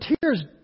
tears